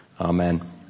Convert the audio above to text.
Amen